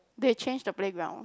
they change the playground